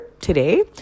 today